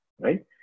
right